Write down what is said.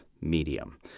medium